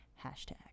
hashtag